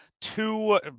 two